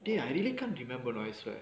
dey I really can't remember know I swear